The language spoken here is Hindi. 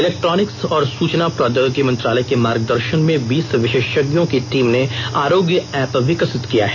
इलेक्ट्रॉनिक्स और सूचना प्रौद्योगिकी मंत्रालय के मार्गदर्शन में बीस विशेषज्ञों की टीम ने आरोग्य ऐप विकसित किया है